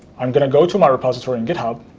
i'm going to go to my repository in github,